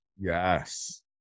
Yes